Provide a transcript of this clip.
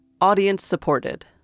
audience-supported